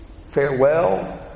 Farewell